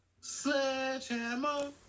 Sledgehammer